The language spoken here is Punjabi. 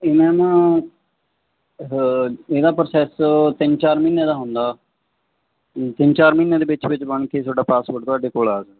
ਇਹ ਮੈਮ ਇਹਦਾ ਪ੍ਰੌਸੇਸ ਤਿੰਨ ਚਾਰ ਮਹੀਨਿਆਂ ਦਾ ਹੁੰਦਾ ਤਿਨ ਚਾਰ ਮਹੀਨਿਆਂ ਦੇ ਵਿੱਚ ਵਿੱਚ ਬਣ ਕੇ ਤੁਹਾਡਾ ਪਾਸਵਰਡ ਤੁਹਾਡੇ ਕੋਲ ਆ